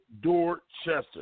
Dorchester